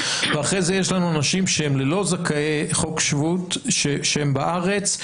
ואחרי זה יש לנו אנשים שהם לא זכאי חוק שבות שהם בארץ,